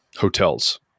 hotels